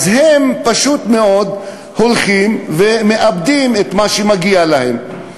והם פשוט מאוד מאבדים את מה שמגיע להם.